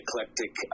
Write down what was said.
eclectic